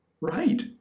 Right